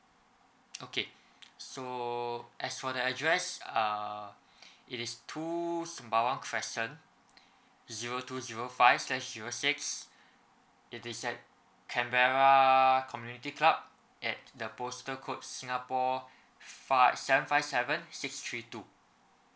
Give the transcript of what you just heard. okay so as for the address uh it is two sembawang crescent zero two zero five slash zero six it's beside canberra community club at the postal code singapore fiv~ seven five seven six three two